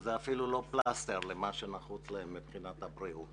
שזה אפילו לא פלסטר למה שנחוץ להם מבחינת הבריאות